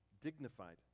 dignified